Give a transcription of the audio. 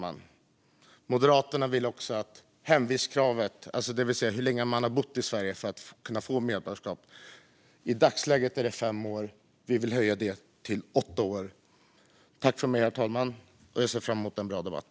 Moderaterna vill också att hemvistkravet, det vill säga hur länge man ska ha bott i Sverige för att kunna få medborgarskap, ska höjas från dagens fem år till åtta år. Jag ser fram emot en bra debatt!